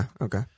okay